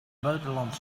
buitenland